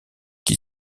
qui